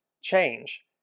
change